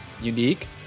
unique